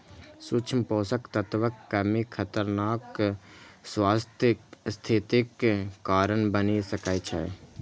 सूक्ष्म पोषक तत्वक कमी खतरनाक स्वास्थ्य स्थितिक कारण बनि सकै छै